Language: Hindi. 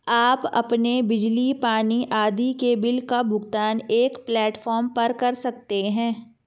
आप अपने बिजली, पानी आदि के बिल का भुगतान एक प्लेटफॉर्म पर कर सकते हैं